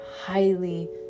highly